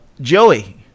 Joey